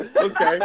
Okay